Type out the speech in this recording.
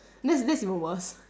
that's that's even worse